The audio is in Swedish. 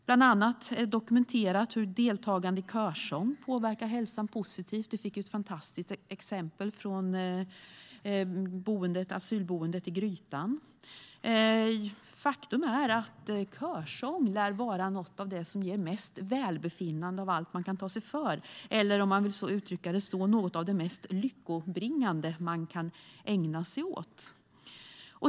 Bland annat är det dokumenterat att deltagande i körsång påverkar hälsan positivt, och vi fick ju ett fantastiskt exempel från asylboendet i Grytan. Faktum är att körsång lär vara något av det som ger mest välbefinnande av allt man kan ta sig för eller, om man så vill uttrycka det, något av det mest lyckobringande man kan ägna sig åt.